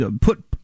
put